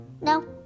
No